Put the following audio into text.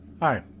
Hi